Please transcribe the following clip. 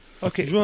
Ok